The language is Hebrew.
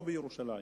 או בירושלים,